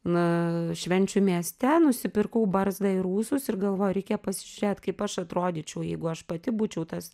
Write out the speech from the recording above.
na švenčių mieste nusipirkau barzdą ir ūsus ir galvoju reikia pasižiūrėt kaip aš atrodyčiau jeigu aš pati būčiau tas